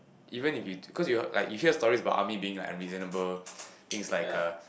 even if it to cause you hear like you hear stories about army being like unreasonable things like uh